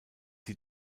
sie